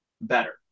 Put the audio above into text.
better